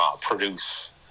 produce